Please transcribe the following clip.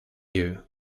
you